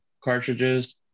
cartridges